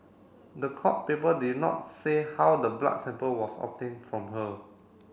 the court paper did not say how the blood sample was obtained from her